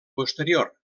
posterior